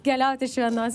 keliaut iš vienos